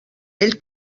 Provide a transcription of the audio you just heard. ell